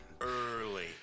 Early